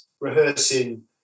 rehearsing